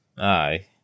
Aye